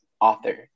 author